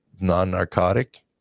Non-narcotic